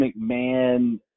McMahon